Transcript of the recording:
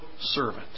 servant